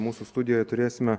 mūsų studijoj turėsime